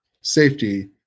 safety